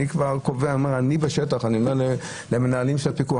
אני אומר למנהלים של הפיקוח,